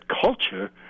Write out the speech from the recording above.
culture